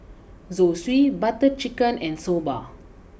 Zosui Butter Chicken and Soba